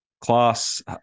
Class